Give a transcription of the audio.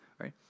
right